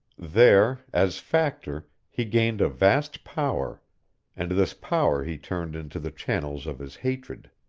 there, as factor, he gained a vast power and this power he turned into the channels of his hatred.